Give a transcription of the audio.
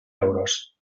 euros